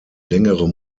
längere